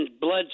Blood